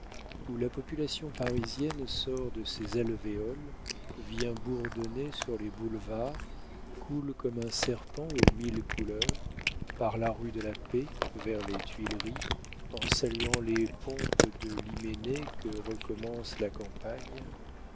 où la population parisienne sort de ses alvéoles vient bourdonner sur les boulevards coule comme un serpent aux mille couleurs par la rue de la paix vers les tuileries en saluant les pompes de l'hyménée que recommence la campagne